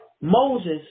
Moses